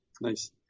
Nice